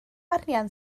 arian